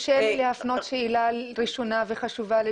להפנות שאלה ראשונה וחשובה,